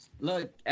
Look